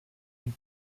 une